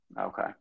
Okay